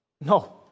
No